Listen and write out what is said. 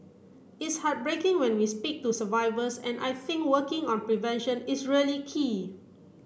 it's heartbreaking when we speak to survivors and I think working on prevention is really key